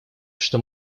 что